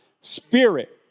spirit